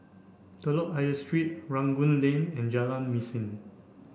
Telok Ayer Street Rangoon Lane and Jalan Mesin